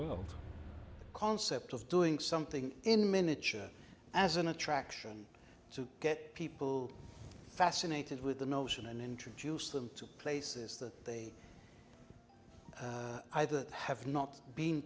world concept of doing something in miniature as an attraction to get people fascinated with the notion and introduce them to places that they either have